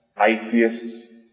Atheists